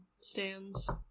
stands